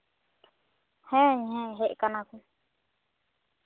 ᱦᱮᱸ ᱦᱮᱸ ᱦᱮᱡ ᱠᱟᱱᱟ ᱠᱚ